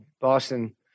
Boston